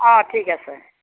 অঁ ঠিক আছে